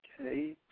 Okay